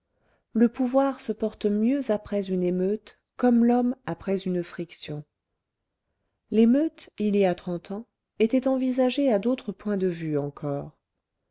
le pouvoir se porte mieux après une émeute comme l'homme après une friction l'émeute il y a trente ans était envisagée à d'autres points de vue encore